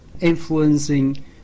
influencing